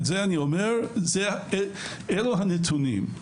אלה הנתונים.